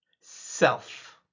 self